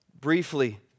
briefly